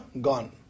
gone